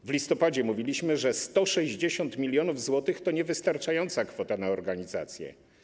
W listopadzie mówiliśmy, że 160 mln zł to niewystarczająca kwota na organizację.